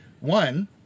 One